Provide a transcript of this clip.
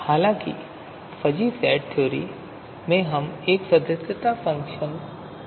हालाँकि fuzzy set theory में हम एक सदस्यता फ़ंक्शन का उपयोग करते हैं